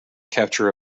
capture